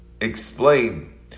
explain